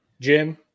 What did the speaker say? Jim